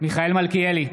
מיכאל מלכיאלי,